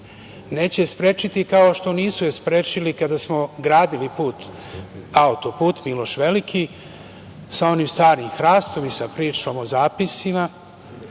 je sprečiti, kao što je nisu sprečili kada smo gradili auto put Miloš Veliki, sa onim Starim hrastom i sa pričom o zapisima,